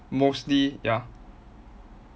mostly ya